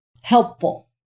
helpful